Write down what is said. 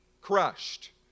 crushed